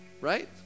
Right